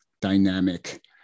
dynamic